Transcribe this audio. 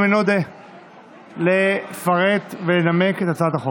גברתי, אני הבנתי.